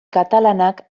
katalanak